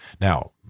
Now